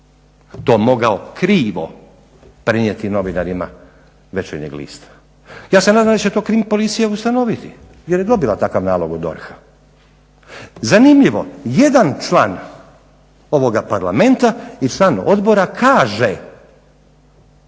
to mogao krivo prenijeti novinarima Večernjeg lista. Ja se nadam da će to Krim-policija ustanoviti jer je dobila takav nalog od DORH-a. Zanimljivo jedan član ovoga Parlamenta i član odbora kaže